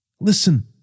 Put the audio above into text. Listen